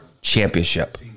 Championship